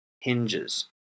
hinges